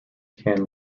can